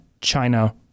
China